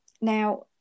Now